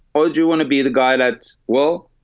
oh, do you want to be the guy that well,